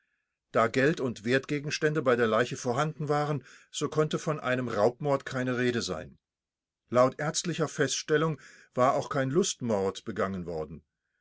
da geld und wertgegenstände bei der leiche vorhanden waren so konnte von einem raubmord keine rede sein laut ärztlicher feststellung war auch kein lustmord begangen worden